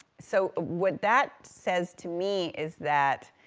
so what that says, to me, is that